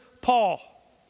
Paul